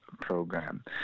program